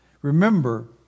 Remember